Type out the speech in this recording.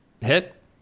hit